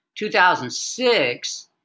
2006